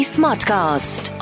Smartcast